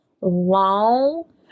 long